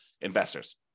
investors